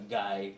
guy